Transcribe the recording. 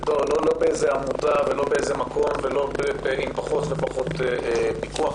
לא באיזו עמותה ולא באיזה מקום ולא עם פחות ופחות פיקוח.